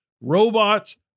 robots